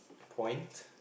point